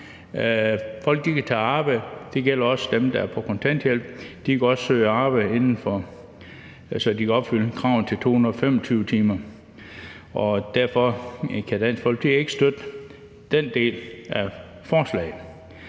Folk kan tage arbejde. Det gælder også dem, der er på kontanthjælp. De kan også søge arbejde, så de kan opfylde kravene til 225 timer. Derfor kan Dansk Folkeparti ikke støtte den del af forslaget